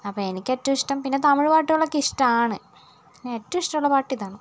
അപ്പോൾ എനിക്ക് ഏറ്റവും ഇഷ്ടം പിന്നെ തമിഴ് പാട്ടുകളൊക്കെ ഇഷ്ടമാണ് പിന്നെ ഏറ്റവും ഇഷ്ടമുള്ള പാട്ട് ഇതാണ്